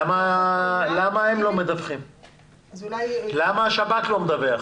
למה השב"כ לא מדווח?